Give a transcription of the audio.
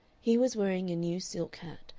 he was wearing a new silk hat,